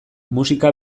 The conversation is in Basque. musika